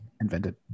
invented